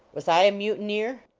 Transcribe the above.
was i a mutineer?